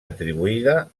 atribuïda